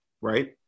right